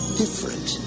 different